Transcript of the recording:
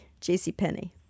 JCPenney